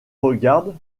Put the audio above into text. regardent